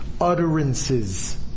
Utterances